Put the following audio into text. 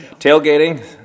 tailgating